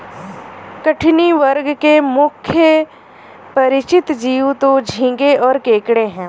कठिनी वर्ग के मुख्य परिचित जीव तो झींगें और केकड़े हैं